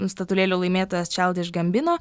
statulėlių laimėtojas čaildiš gambino